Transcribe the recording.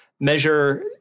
measure